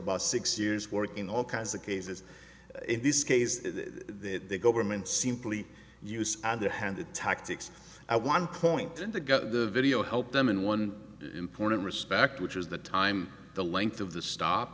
about six years working all kinds of cases in this case the government simply use underhanded tactics i one point in the got the video help them in one important respect which is the time the length of the stop